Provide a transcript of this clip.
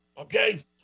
Okay